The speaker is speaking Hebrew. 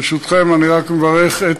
ברשותכם, אני רק מברך את,